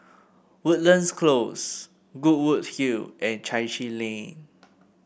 Woodlands Close Goodwood Hill and Chai Chee Lane